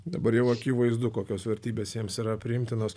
dabar jau akivaizdu kokios vertybės jiems yra priimtinos